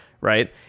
right